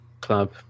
Club